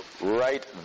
right